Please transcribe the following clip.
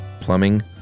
plumbing